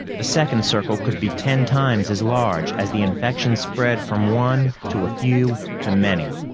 the second circle could be ten times as large, as the infection spread from one to a few to many.